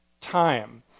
Time